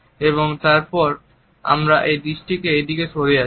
এবং তারপর আমার দৃষ্টি এইদিকে সরে যাচ্ছে